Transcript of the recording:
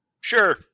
Sure